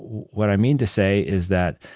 what i mean to say is that,